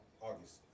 August